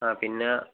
അ പിന്നെ